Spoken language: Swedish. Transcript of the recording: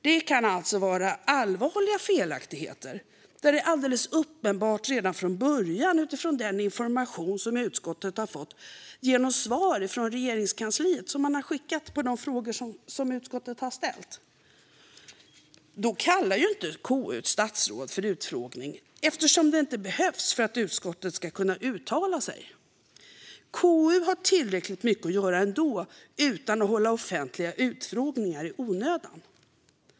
Det kan alltså vara så att allvarliga felaktigheter är uppenbara redan från början, utifrån de svar som Regeringskansliet har gett på frågor som utskottet har ställt. Då kallar KU inga statsråd till utfrågning eftersom det inte behövs för att utskottet ska kunna uttala sig. KU har tillräckligt mycket att göra ändå utan att hålla offentliga utfrågningar i onödan.